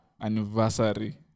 anniversary